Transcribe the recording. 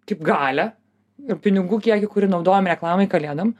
kaip galią ir pinigų kiekį kurį naudojam reklamai kalėdom